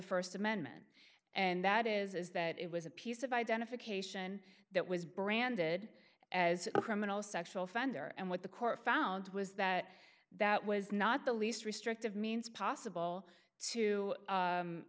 st amendment and that is that it was a piece of identification that was branded as a criminal sexual offender and what the court found was that that was not the least restrictive means possible to